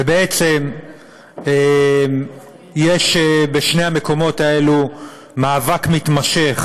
ובעצם יש בשני המקומות האלו מאבק מתמשך: